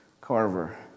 Carver